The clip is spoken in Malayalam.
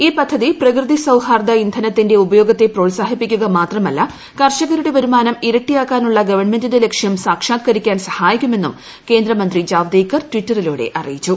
ഈ പദ്ധതി പ്രകൃതിസൌഹാർദ്ദ ഇന്ധനത്തിന്റെ ഉപയോഗത്തെ പ്രോത്സാഹിപ്പിക്കുക മാത്രമല്ല ക്ട്ര്യഷകരുടെ വരുമാനം ഇരട്ടിയാക്കാനുള്ള ഗവൺമെന്റിന്റെ ലക്ഷ്യം സ്ാക്ഷാത്ക്കരിക്കാൻ സഹായിക്കുമെന്നും കേന്ദ്രമന്ത്രി ജാവ്ദേക്ക്ർ ട്വ്റ്ററിലൂടെ അറിയിച്ചു